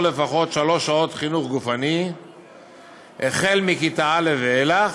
לפחות שלוש שעות חינוך גופני מכיתה א' ואילך,